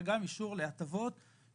לגבי עובדים זרים,